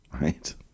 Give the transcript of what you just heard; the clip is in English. right